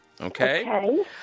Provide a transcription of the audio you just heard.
Okay